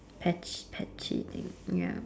pets patsy thing ya